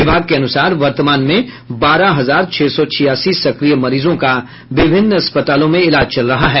विभाग के अनुसार वर्तमान में बारह हजार छह सौ छियासी सक्रिय मरीजों का विभिन्न अस्पतालों में इलाज चल रहा है